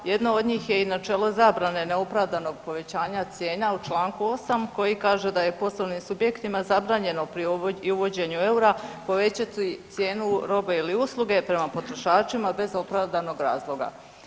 Jedno od njih je i načelo zabrane neopravdanog povećanja cijena u čl. 8. koji kaže da je poslovnim subjektima zabranjeno pri uvođenju eura povećati cijenu robe 8ili usluge prema potrošačima bez opravdanog razloga.